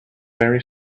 very